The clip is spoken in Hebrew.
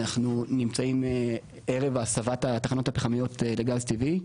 אנחנו נמצאים ערב הסבת התחנות הפחמיות לגז טבעי.